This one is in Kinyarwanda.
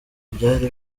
byari